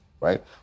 right